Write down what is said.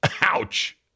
Ouch